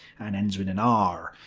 and ends in an r.